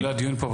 זה לא הדיון פה,